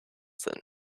then